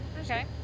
Okay